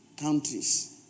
countries